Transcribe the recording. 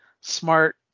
smart